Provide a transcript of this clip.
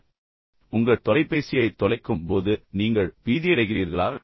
இன்னும் சில கேள்விகள் உங்கள் தொலைபேசியை தொலைக்கும் போது நீங்கள் பீதியடைகிறீர்களா